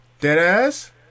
Deadass